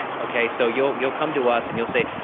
ok so you'll you'll come to us and you'll say,